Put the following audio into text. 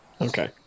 Okay